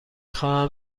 خواهم